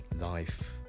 life